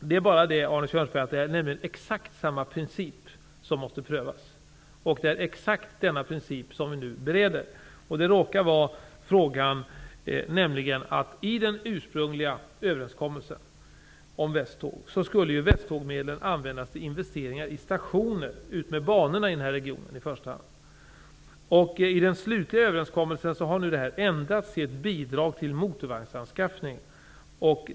Det är bara så, Arne Kjörnsberg, att exakt samma princip som är under utredning måste prövas även i den här frågan. I den ursprungliga överenskommelsen om Västtåg, skulle Västtågsmedlen användas till investeringar i stationer utmed banorna, i första hand i den här regionen. I den slutliga överenskommelsen har detta ändrats till att gälla ett bidrag till motorvagnsanskaffning.